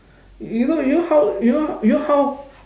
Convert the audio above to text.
you know you know how you know you know how